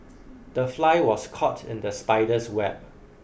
the fly was caught in the spider's web